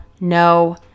no